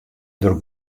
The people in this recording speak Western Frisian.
der